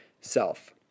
self